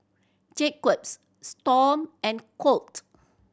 Jacques Storm and Colt